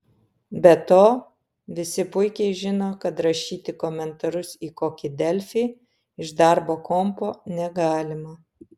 be to visi puikiai žino kad rašyti komentarus į kokį delfį iš darbo kompo negalima